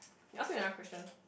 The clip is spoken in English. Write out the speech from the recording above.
you ask me another question